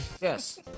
Yes